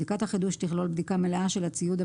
בדיקת החידוש תכלול בדיקה מלאה של הציוד,